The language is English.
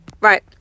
Right